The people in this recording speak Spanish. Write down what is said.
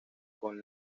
con